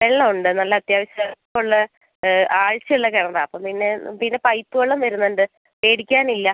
വെള്ളം ഉണ്ട് നല്ല അത്യാവശ്യം ഉള്ള ആഴ്ചയുള്ള കിണർ ആണ് അപ്പം പിന്നെ പിന്നെ പൈപ്പ് വെള്ളം വരുന്നുണ്ട് പേടിക്കാനില്ല